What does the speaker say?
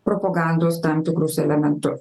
propogandos tam tikrus elementu